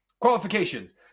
Qualifications